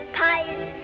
pies